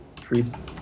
trees